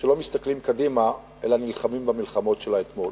שלא מסתכלים קדימה אלא נלחמים במלחמות של האתמול.